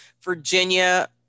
Virginia